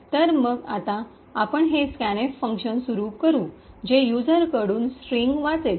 तर मग आता आपण हे स्कॅनएफ फंक्शन सुरू करू जे युजरकडून स्ट्रिंग वाचेल